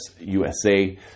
USA